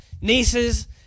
nieces